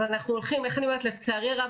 אז אנחנו הולכים, איך אני אומרת, לצערי הרב.